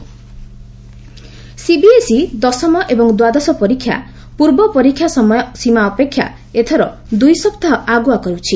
CBSE ପାଟିନ CBSE ଦଶମ ଏବଂ ଦ୍ୱାଦଶ ପରୀକ୍ଷା ପୂର୍ବ ପରୀକ୍ଷା ସମୟ ସୀମା ଅପେକ୍ଷା ଏଥର ଦୁଇ ସପ୍ତାହ ଆଗୁଆ କରୁଛି